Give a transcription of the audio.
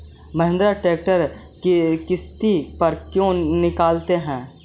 Mahindra tractor किसति पर क्यों निकालते हैं?